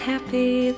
happy